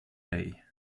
day